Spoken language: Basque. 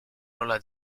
nola